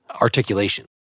articulation